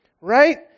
right